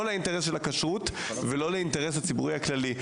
לא לאינטרס של הכשרות ולא לאינטרס הציבורי הכללי.